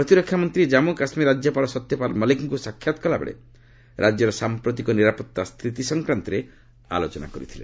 ପ୍ରତିରକ୍ଷା ମନ୍ତ୍ରୀ କାମ୍ମୁ କାଶ୍ମୀର ରାଜ୍ୟପାଳ ସତ୍ୟପାଲ ମଲ୍ଲିକଙ୍କୁ ସାକ୍ଷାତ କଲାବେଳେ ରାଜ୍ୟର ସାମ୍ପ୍ରତିକ ନିରାପତ୍ତା ସ୍ଥିତି ସଂକ୍ରାନ୍ତରେ ଆଲୋଚନା କରିଥିଲେ